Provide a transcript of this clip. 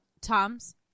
Tom's